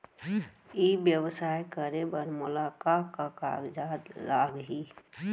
ई व्यवसाय करे बर मोला का का कागजात लागही?